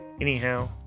anyhow